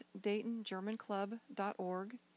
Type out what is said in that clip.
DaytonGermanClub.org